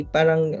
Parang